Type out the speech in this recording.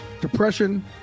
depression